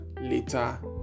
later